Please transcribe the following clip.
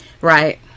Right